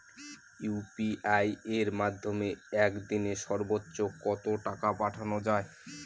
UPI এর মাধ্যমে এক দিনে সর্বচ্চ কত টাকা পাঠানো যায়?